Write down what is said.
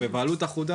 בבעלות אחודה.